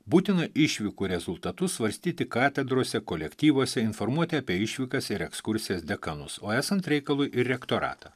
būtinų išvykų rezultatus svarstyti katedrose kolektyvuose informuoti apie išvykas ir ekskursijas dekanus o esant reikalui ir rektoratą